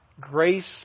Grace